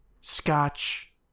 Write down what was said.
scotch